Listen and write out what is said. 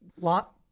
lot